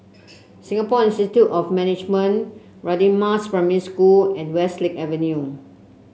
Singapore Institute of Management Radin Mas Primary School and Westlake Avenue